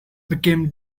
became